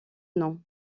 nom